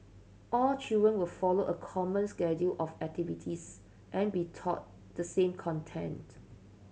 all children will follow a common schedule of activities and be taught the same content